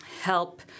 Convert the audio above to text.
help